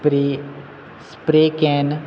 spray spray can